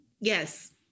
Yes